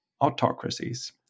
autocracies